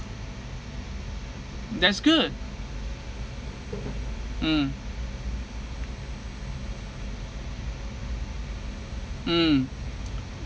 that's good mm mm